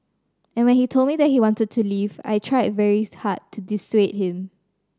and when he told me that he wanted to leave I tried very hard to dissuade him